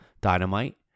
Dynamite